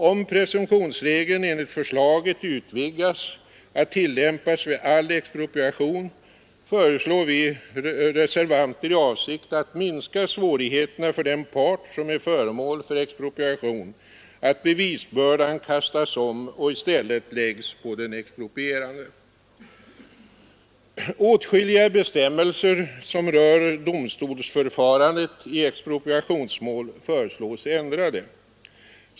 Om presumtionsregeln enligt förslaget utvidgas att tillämpas vid all expropriation, föreslår vi reservanter i avsikt att minska svårigheterna för den part som är föremål för expropriation att bevisbördan kastas om och i stället läggs på den exproprierande. Åtskilliga bestämmelser som rör domstolsförfarandet i expropriationsmål föreslås ändrade.